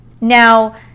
Now